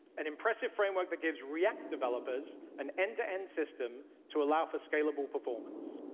an impressive framework that gives react developers an end-to-end system to allow for scalable performance.